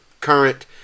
current